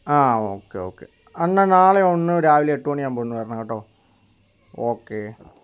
ആ okay okay എന്നാൽ നാളെ ഒന്ന് രാവിലെ എട്ട് മണി ആകുമ്പോന്ന് വരണം കേട്ടോ ഒക്കെ